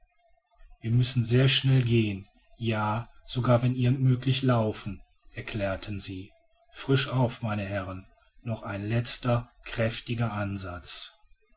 wir müssen sehr schnell gehen ja sogar wenn irgend möglich laufen erklärten sie frisch auf meine herren noch ein letzter kräftiger ansatz